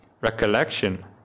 recollection